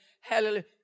Hallelujah